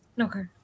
Okay